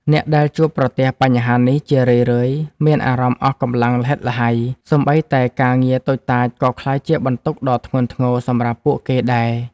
អ្នកដែលជួបប្រទះបញ្ហានេះ ជារឿយៗមានអារម្មណ៍អស់កម្លាំងល្ហិតល្ហៃ សូម្បីតែការងារតូចតាចក៏ក្លាយជាបន្ទុកដ៏ធ្ងន់ធ្ងរសម្រាប់ពួកគេដែរ។